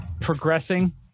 progressing